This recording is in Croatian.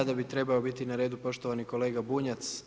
Sada bi trebao biti na redu poštovani kolega Bunjac.